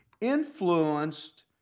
influenced